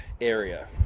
area